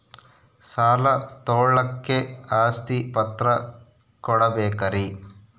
ಸಾಲ ತೋಳಕ್ಕೆ ಆಸ್ತಿ ಪತ್ರ ಕೊಡಬೇಕರಿ?